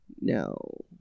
No